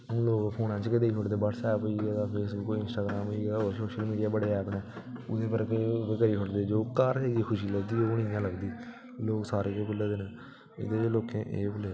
हून लोग फोन पर गै देई ओड़दे ब्हाट्सएप होइया इंस्टाग्राम होइया होर बड़े सोशल मीडिया एप पर करदे ओह् जेह्ड़ी घर जाइयै खुशी लभदी ओह् खुशी निं लभदी लोग सारे भुल्ला दे न जियां एह् न